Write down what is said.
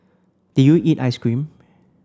did you eat ice cream